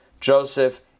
Joseph